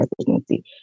residency